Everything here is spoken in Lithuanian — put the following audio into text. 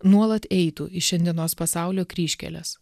nuolat eitų į šiandienos pasaulio kryžkelės